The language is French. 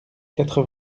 quatre